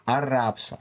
ar rapso